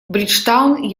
бриджтаун